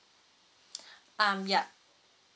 um ya